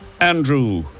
Andrew